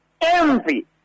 envy